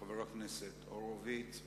חבר הכנסת ניצן הורוביץ,